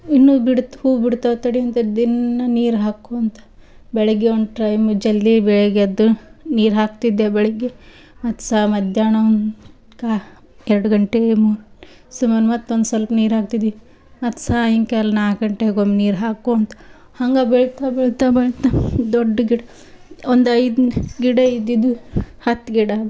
ಇನ್ನೂ ಬಿಡುತ ಹೂ ಬಿಡುತ್ತಾ ತಡೀಂತ ದಿನ ನೀರು ಹಾಕೊಂತಾ ಬೆಳಗ್ಗೆ ಒಂದು ಟ್ರೈಮ್ ಜಲ್ದಿ ಬೆಳಗ್ಗೆದ್ದು ನೀರು ಹಾಕ್ತಿದ್ದೆ ಬೆಳಗ್ಗೆ ಮತ್ತೆ ಸಾ ಮಧ್ಯಾಹ್ನ ಒಂದು ಕಾ ಎರಡು ಗಂಟೆ ಮೂರು ಗಂಟೆ ಸುಮಾರು ಮತ್ತೆ ಒಂದು ಸೊಲ್ಪ ನೀರು ಹಾಕ್ತಿದಿ ಮತ್ತೆ ಸಾಯಂಕಾಲ ನಾಲ್ಕು ಗಂಟೆಗೊಮ್ಮೆ ನೀರು ಹಾಕೊತಾ ಹಂಗೆ ಬೆಳಿತಾ ಬೆಳಿತಾ ಬೆಳಿತಾ ದೊಡ್ಡ ಗಿಡ ಒಂದೈದನ್ನ ಗಿಡ ಇದ್ದಿದ್ದು ಹತ್ತು ಗಿಡ